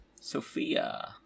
Sophia